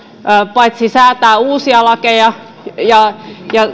paitsi säätää uusia lakeja ja